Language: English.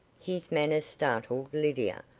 his manner startled lydia,